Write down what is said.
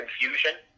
confusion